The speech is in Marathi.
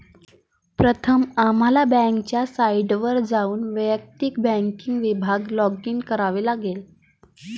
प्रथम आम्हाला बँकेच्या साइटवर जाऊन वैयक्तिक बँकिंग विभागात लॉगिन करावे लागेल